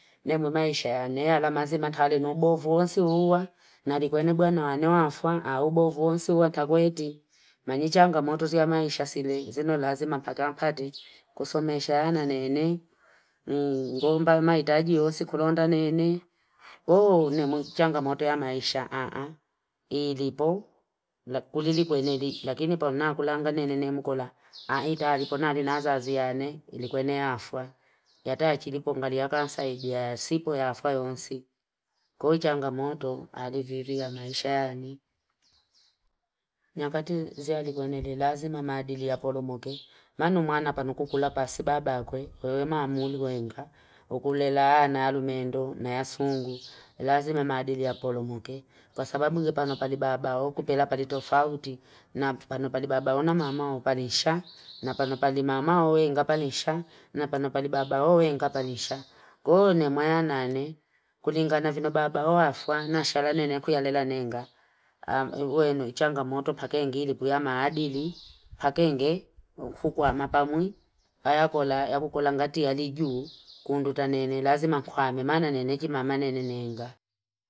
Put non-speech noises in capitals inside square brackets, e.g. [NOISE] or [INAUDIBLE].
Nemu maisha yane, alamazima talenobo vuhosi huwa. Nari kwenye mbwana wanewa afwa, aubo vuhosi huwa, tako edi. Manichangamotu ziya maisha sile, zinolazima pakampati. [NOISE] Kusumesha yana nene. Mgomba maitaji hosi kulonda nene. O, nemu changamotu ya maisha, aaa. Ilipo, kulilipo eneli. Lakini ponakulanga nene mkola. Aita, lipo nari nazazi yane. Ilipo ene afwa. Yata yachilipo ngari ya kansaji ya sipo ya afwa yonsi. Kuhichangamotu, aliviri ya maisha yane. [NOISE] Ni wakati ziya eneli, ilazima madili ya polomoke. Manumwana panukukula pasibaba kwe. Wewe mamuli gwenga. Ukulelaa na alu mendo, na yasungu. Ilazima madili ya polomoke. Kwasababu kwe panopali baba oku, pila paritofauti. Na panopali baba unamamao, panisha. [NOISE] Na panopali mamao wenga, panisha. Na panopali baba uwenga, panisha. Kwa hivyo ni mwaya nane, kulinga nafino baba uafwa, nashala nene kuyalela nenga. [HESITATION] Kuhichangamotu pakengili, kuyama madili, pakenge, kukukulangati ya ligyu, kunduta nene. Ilazima kwame. Mana neneji, mama nene nenga.